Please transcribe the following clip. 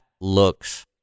looks